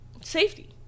safety